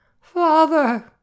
Father